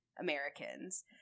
Americans